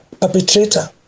perpetrator